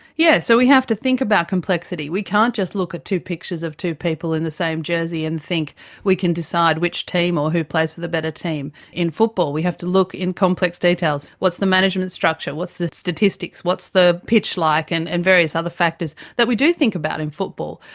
yes. so we have to think about complexity. we can't just look at two pictures of two people in the same jersey and think we can decide which team or who plays for the better team. in football we have to look in complex details. what's the management structure? what's the statistics? what's the pitch like? and and various other factors that we do think about in football.